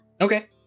Okay